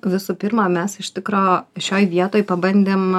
visų pirma mes iš tikro šioj vietoj pabandėm